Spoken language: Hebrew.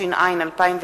התש”ע 2009,